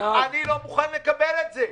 אני לא מוכן לקבל את זה.